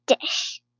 dish